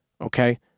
okay